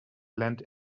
land